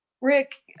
Rick